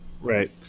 right